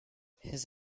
his